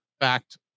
fact